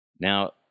Now